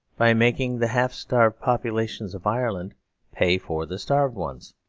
by making the half-starved populations of ireland pay for the starved ones.